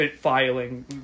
filing